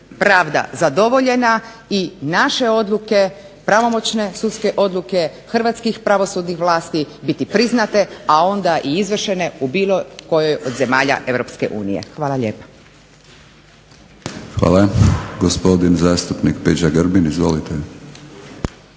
pravda zadovoljena i naše odluke pravomoćne sudske odluke hrvatskih pravosudnih vlasti biti priznate, a onda i izvršene u bilo kojoj zemlji EU. Hvala lijepa. **Batinić, Milorad (HNS)** Hvala. Gospodin zastupnik Peđa Grbin. Izvolite.